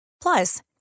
Plus